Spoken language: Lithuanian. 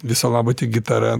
viso labo tik gitara